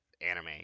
anime